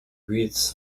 breathes